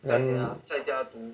然